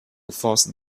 force